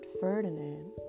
Ferdinand